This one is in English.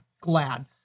glad